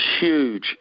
huge